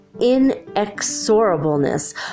inexorableness